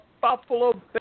Buffalo